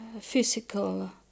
physical